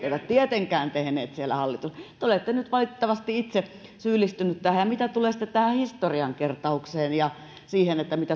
eivät tietenkään tehneet siellä hallituksessa te olette nyt valitettavasti itse syyllistynyt tähän mitä tulee sitten tähän historian kertaukseen ja siihen mitä